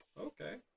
Okay